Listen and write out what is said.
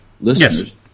listeners